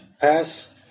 pass